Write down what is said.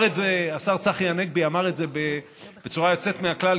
השר צחי הנגבי אמר את זה בצורה יוצאת מהכלל,